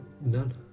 none